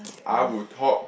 I would talk